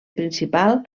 principal